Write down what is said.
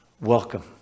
Welcome